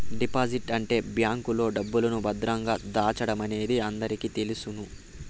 deposit అంటే బ్యాంకులో డబ్బును భద్రంగా దాచడమనేది అందరికీ తెలుసును